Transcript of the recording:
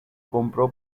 compró